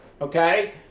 okay